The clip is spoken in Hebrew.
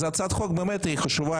זו הצעת חוק באמת חשובה,